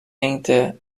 engte